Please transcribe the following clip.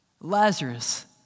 Lazarus